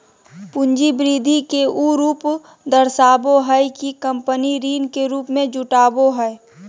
पूंजी वृद्धि के उ रूप दर्शाबो हइ कि कंपनी ऋण के रूप में जुटाबो हइ